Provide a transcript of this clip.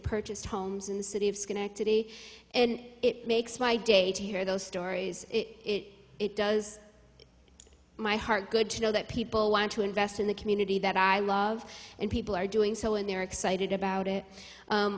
purchased homes in the city of schenectady and it makes my day to hear those stories it it does my heart good to know that people want to invest in the community that i love and people are doing so and they're excited about it